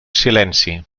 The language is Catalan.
silenci